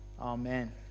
Amen